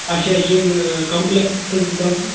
اچھا یِم کَمپٔلیکٕسس کٔژ دُکان چھِ